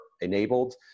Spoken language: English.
enabled